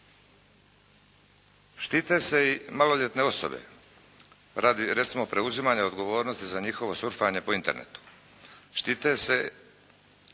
Štite se i maloljetne osobe radi, recimo preuzimanja odgovornosti za njihovo surfanje po internetu. Štite se